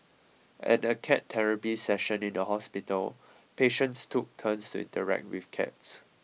at a cat therapy session in the hospital patients took turns to interact with cats